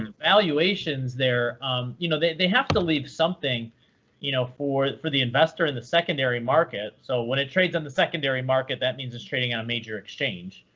the valuations there um you know they they have to leave something you know for for the investor in the secondary market. so when it trades on the secondary market, that means it's trading on a major exchange.